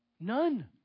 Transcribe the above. None